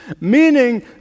meaning